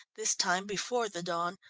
this time before the dawn,